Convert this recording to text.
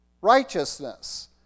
righteousness